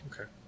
Okay